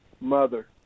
mother